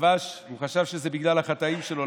והוא חשב שזה בגלל החטאים שלו.